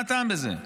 מה הטעם בזה?